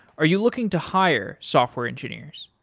are you looking to hire software engineers?